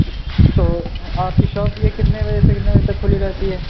تو آپ کی شاپ یہ کتنے بجے سے کتنے بجے تک کھلی رہتی ہے